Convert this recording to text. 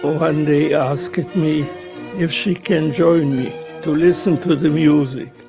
one day asked me if she can join me to listen to the music.